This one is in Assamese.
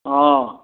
অ